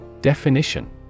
Definition